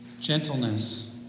gentleness